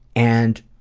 and